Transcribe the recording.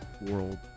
world